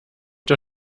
der